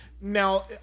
Now